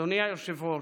אדוני היושב-ראש,